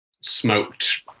smoked